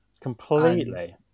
completely